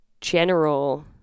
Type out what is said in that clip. general